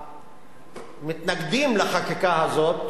המתנגדים לחקיקה הזאת